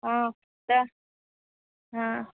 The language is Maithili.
हॅं तै हॅं